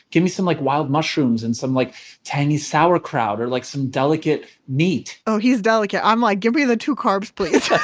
give me some like wild mushrooms and some like tangy sauerkraut or like some delicate meat he's delicate. i'm like, give me the two carbs please.